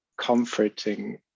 comforting